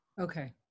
okay